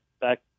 back